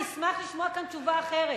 אני אשמח לשמוע כאן תשובה אחרת,